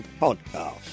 Podcast